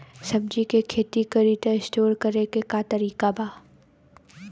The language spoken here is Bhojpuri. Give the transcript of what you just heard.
सब्जी के खेती करी त स्टोर करे के का तरीका बा?